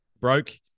broke